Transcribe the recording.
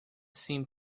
seemed